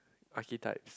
archetypes